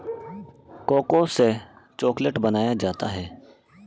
cocoa से chocolate बनाया जाता है